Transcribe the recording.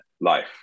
life